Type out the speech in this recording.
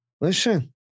listen